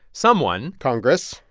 someone. congress.